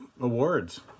awards